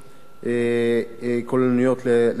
כוללניים לדבר הזה.